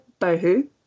Bohu